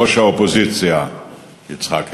ראש האופוזיציה יצחק הרצוג,